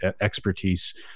expertise